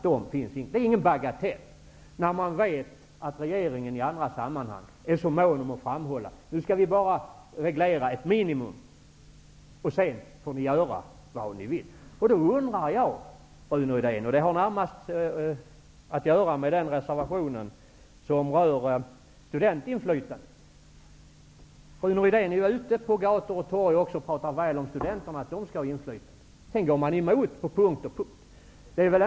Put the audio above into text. Det är ingen bagatell, när man vet att regeringen i andra sammanhang är så mån om att framhålla att man bara skall reglera ett minimum, och sedan får vi göra vad vi vill. Rune Rydén är också ute på gator och torg och pratar väl om studenterna och att de skall ha inflytande, men sedan går han emot på punkt efter punkt.